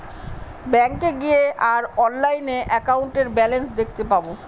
ব্যাঙ্কে গিয়ে আর অনলাইনে একাউন্টের ব্যালান্স দেখতে পাবো